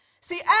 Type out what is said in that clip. See